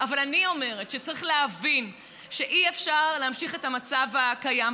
אבל אני אומרת שצריך להבין שאי-אפשר להמשיך את המצב הקיים.